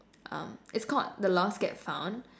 um it's called the lost get found